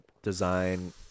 Design